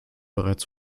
bereits